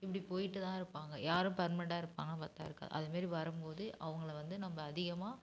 இப்படி போயிட்டு தான் இருப்பாங்க யாரும் பர்மனண்ட்டாக இருப்பாங்கன்னு பார்த்தா இருக்காது அதமாதிரி வரும்போது அவங்கள வந்து நம்ம அதிகமாக